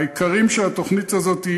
העיקרים של התוכנית הזאת,